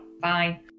bye